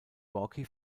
gorki